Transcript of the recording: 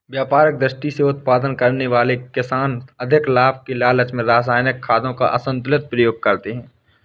व्यापारिक दृष्टि से उत्पादन करने वाले किसान अधिक लाभ के लालच में रसायनिक खादों का असन्तुलित प्रयोग करते हैं